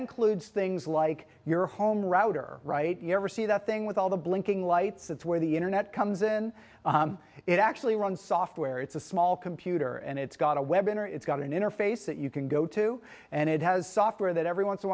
things like your home router right you ever see the thing with all the blinking lights that's where the internet comes in it actually run software it's a small computer and it's got a web in or it's got an interface that you can go to and it has software that every once in a